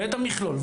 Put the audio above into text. ואת המכלול,